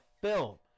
film